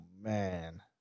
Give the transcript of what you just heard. man